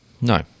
no